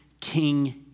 King